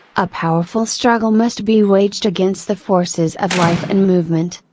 a powerful struggle must be waged against the forces of life and movement,